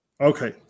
Okay